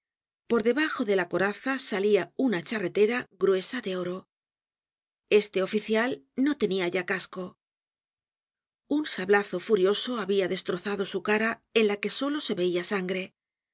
por debajo de la coraza salia una charretera gruesa de oro este oficial no tenia ya casco un sablazo furioso habia destrozado su cara en la que solo se veia sangre